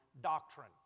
doctrine